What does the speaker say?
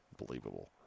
Unbelievable